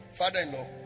father-in-law